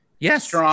Yes